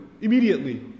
Immediately